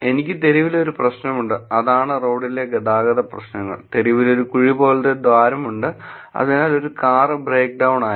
എനിക്ക് തെരുവിൽ ഒരു പ്രശ്നമുണ്ട് അതാണ് റോഡിലെ ഗതാഗത പ്രശ്നങ്ങൾ തെരുവിലൊരു കുഴിപോലത്തെ ദ്വാരം ഉണ്ട് അതിനാൽ ഒരു കാർ ബ്രേക്ക് ഡൌൺ ആയി